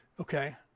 Okay